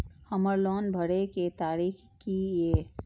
हमर लोन भरए के तारीख की ये?